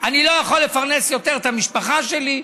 אני לא יכול לפרנס יותר את המשפחה שלי.